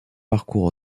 parcourt